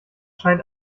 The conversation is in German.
scheint